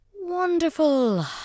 Wonderful